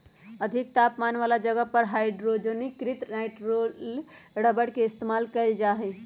अधिक तापमान वाला जगह पर हाइड्रोजनीकृत नाइट्राइल रबर के इस्तेमाल कइल जा हई